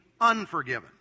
unforgiven